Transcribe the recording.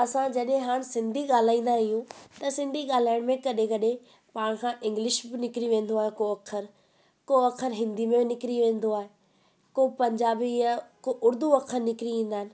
असां जॾहिं हाणे सिंधी ॻाल्हाईंदा आहियूं त सिंधी ॻाल्हाइण में कॾहिं कॾहिं पाण खां इंग्लिश बि निकिरी वेंदो आहे को अख़र को अख़र हिंदी में निकिरी वेंदो आहे को पंजाबी आहे को उर्दू अख़र निकिरी ईंदा आहिनि